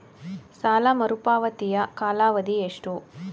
ಸಾಲ ಮರುಪಾವತಿಯ ಕಾಲಾವಧಿ ಎಷ್ಟು?